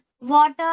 water